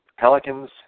Pelicans